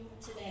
today